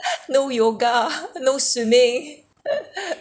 no yoga no swimming